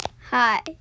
hi